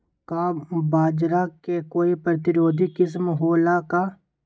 का बाजरा के कोई प्रतिरोधी किस्म हो ला का?